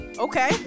Okay